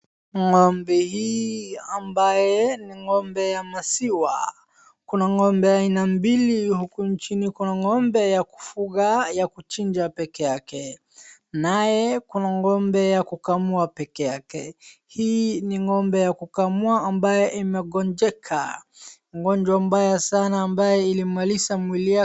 Ng'ombe hii ambaye ni ng'ombe ya maziwa, kuna ng'ombe aina mbili huku nchini, kuna ng'ombe ya kufuga, ya kuchinja peke yake, naye kuna ng'ombe ya kukamua peke yake, hii ni ng'ombe ya kukamua ambaye imegonjeka ugonjwa mbaya sana ambaye ilimaliza mwili yake.